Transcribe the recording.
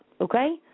okay